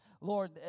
Lord